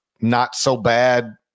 not-so-bad